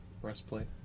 breastplate